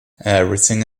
everything